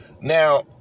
Now